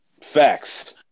Facts